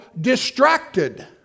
distracted